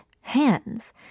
hands